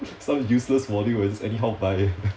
some useless module just anyhow buy